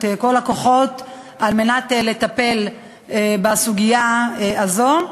את כל הכוחות על מנת לטפל בסוגיה הזו.